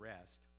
rest